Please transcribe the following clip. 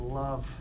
love